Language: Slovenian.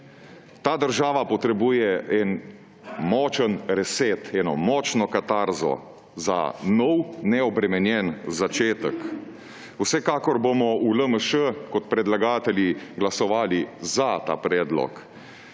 Ta država potrebuje en močan reset, eno močno katarzo za nov, neobremenjen začetek. Vsekakor bomo v LMŠ kot predlagatelji glasovali za ta predlog,